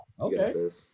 okay